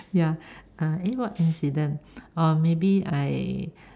ya uh eh what incident maybe I